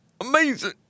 Amazing